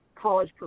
college